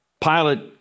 Pilate